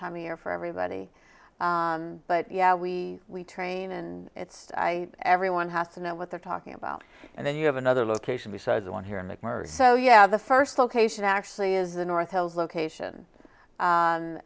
time of year for everybody but yeah we we train and it's i everyone has to know what they're talking about and then you have another location besides the one here mcmurray so yeah the first location actually is the north hills location